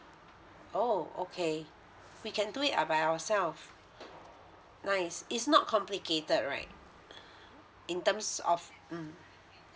oh okay we can do it all by ourselves nice it's not complicated right in terms of mm